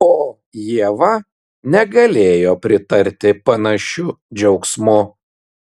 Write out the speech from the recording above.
o ieva negalėjo pritarti panašiu džiaugsmu